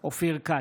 אופיר כץ,